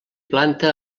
planta